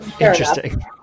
Interesting